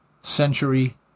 Century